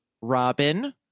Robin